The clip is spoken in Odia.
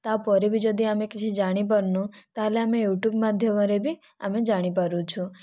ତା ପରେ ବି ଯଦି ଆମେ କିଛି ଜାଣିପାରୁନୁ ତାହେଲେ ଆମେ ୟୁଟ୍ୟୁବ ମାଧ୍ୟମରେ ବି ଆମେ ଜାଣିପାରୁଛୁ